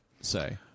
say